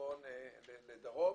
מצפון לדרום,